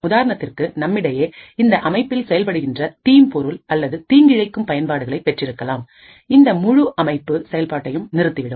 உதாரணத்திற்கு நம்மிடையே இந்த அமைப்பில் செயல்படுகின்றதீம்பொருள்அல்லது தீங்கிழைக்கும் பயன்பாடுகளை பெற்றிருக்கலாம் இந்த முழு அமைப்பு செயல்பாட்டையும் நிறுத்திவிடும்